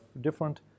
different